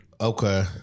Okay